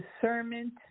discernment